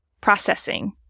processing